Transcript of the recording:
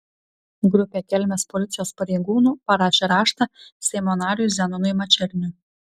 grupė kelmės policijos pareigūnų parašė raštą seimo nariui zenonui mačerniui